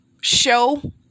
show